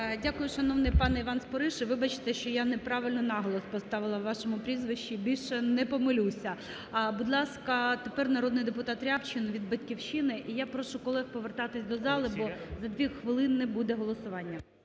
Дякую, шановний пане Іван Спориш. Вибачте, що я неправильно наголос поставила у вашому прізвищі, більше не помилюся. Будь ласка, тепер народний депутат Рябчин від "Батьківщини". І я прошу колег повертатися до залу, бо за дві хвилини буде голосування.